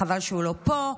חבל שהוא לא פה,